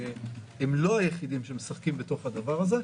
שהם לא היחידים שמשחקים בתוך הדבר הזה,